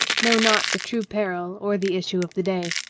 know not the true peril or the issue of the day.